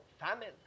famine